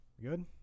Good